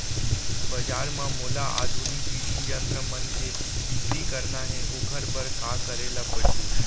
बजार म मोला आधुनिक कृषि यंत्र मन के बिक्री करना हे ओखर बर का करे ल पड़ही?